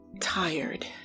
tired